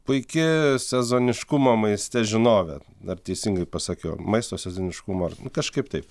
puiki sezoniškumo maiste žinovė ar teisingai pasakiau maisto sezoniškumo kažkaip taip